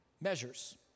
measures